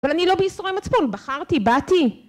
אבל אני לא בייסורי מצפון, בחרתי, באתי.